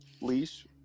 leash